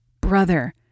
brother